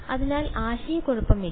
അതിനാൽ ആശയക്കുഴപ്പമില്ല